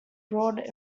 broad